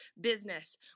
business